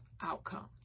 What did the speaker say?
outcomes